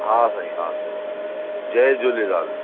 हा साईं हा साईं जय झूलेलाल